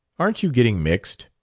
aren't you getting mixed?